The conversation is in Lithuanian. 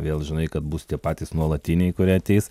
vėl žinai kad bus tie patys nuolatiniai kurie ateis